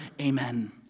Amen